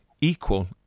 equal